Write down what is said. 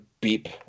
beep